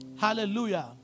Hallelujah